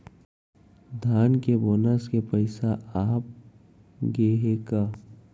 धान के बोनस के पइसा आप गे हे का?